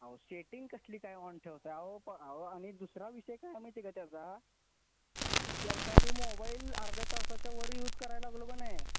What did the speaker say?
अहो सेटिंग कसली काय ऑन ठेवत आहे अहो प आणि दुसरा विषय काय आहे माहिती आहे का त्याचा जर का मी मोबाईल अर्ध्या तासाच्या वर यूज कराय लागलो का नाही